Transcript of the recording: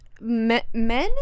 Men